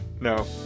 No